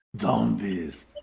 zombies